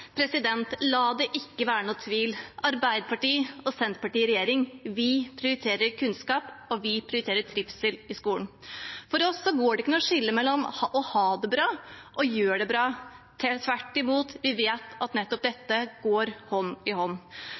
La det ikke være noen tvil: Arbeiderparti–Senterparti-regjeringen prioriterer kunnskap og trivsel i skolen. For oss går det ikke noe skille mellom å ha det bra og å gjøre det bra. Tvert imot vet vi at dette går hånd i hånd.